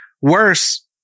worse